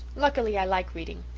luckily i like reading.